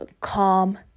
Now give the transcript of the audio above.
calm